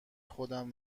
خودم